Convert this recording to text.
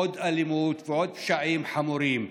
עוד אלימות ועוד פשעים חמורים.